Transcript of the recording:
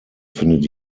findet